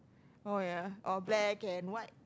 oh ya or black and white